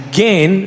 Again